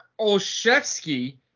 Olszewski